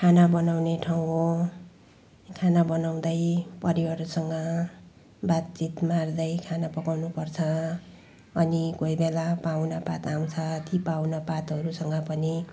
खाना बनाउने ठाउँ हो खाना बनाउँदै परिवारहरूसँग बातचित मार्दै खाना पकाउनुपर्छ अनि कोही बेला पाहुनापात आउँछ ती पाहुनापातहरूसँग पनि